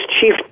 chief